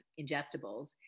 ingestibles